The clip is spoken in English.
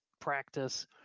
practice